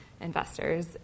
investors